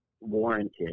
warranted